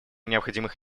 необходимых